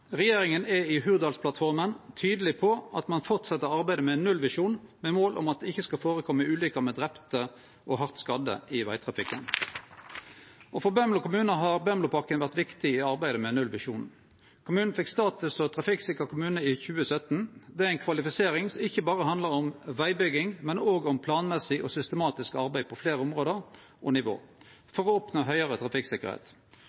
Regjeringa er i Hurdalsplattforma tydeleg på at ein fortset arbeidet med ein nullvisjon, med mål om at det ikkje skal førekome ulykker med drepne og hardt skadde i vegtrafikken. For Bømlo kommune har Bømlopakken vore viktig i arbeidet med nullvisjonen. Kommunen fekk status som trafikksikker kommune i 2017. Det er ei kvalifisering som ikkje berre handlar om vegbygging, men òg om planmessig og systematisk arbeid på fleire område og nivå